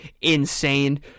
insane